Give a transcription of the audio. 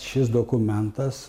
šis dokumentas